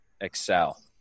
excel